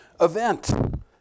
event